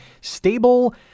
stable